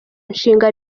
nshinga